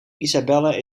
isabelle